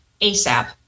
ASAP